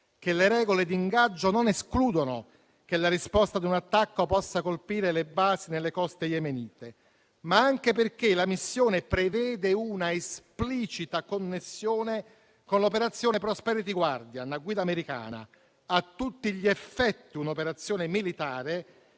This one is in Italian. che le regole d'ingaggio non escludono che la risposta a un attacco possa colpire le basi nelle coste yemenite, ma anche perché la missione prevede una esplicita connessione con l'operazione Prosperity Guardian, a guida americana, a tutti gli effetti un'operazione militare